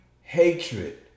hatred